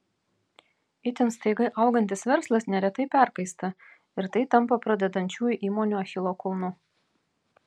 itin staiga augantis verslas neretai perkaista ir tai tampa pradedančiųjų įmonių achilo kulnu